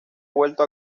vuelto